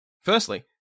Firstly